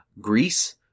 Greece